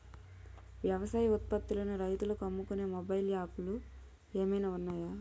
వ్యవసాయ ఉత్పత్తులను రైతులు అమ్ముకునే మొబైల్ యాప్ లు ఏమైనా ఉన్నాయా?